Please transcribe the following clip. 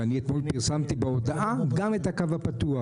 ואני פרסמתי אתמול בהודעה גם את הקו הפתוח,